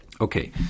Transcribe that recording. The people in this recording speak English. Okay